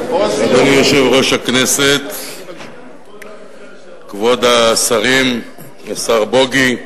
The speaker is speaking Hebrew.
אדוני יושב-ראש הכנסת, כבוד השרים, השר בּוֹגי,